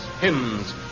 hymns